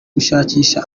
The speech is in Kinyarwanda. gushakisha